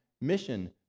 mission